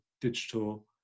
digital